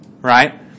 right